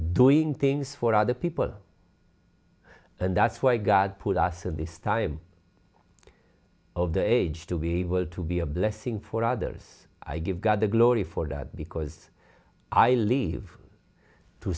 doing things for other people and that's why god put us in this time of the age to be able to be a blessing for others i give god the glory for that because i leave to